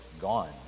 gone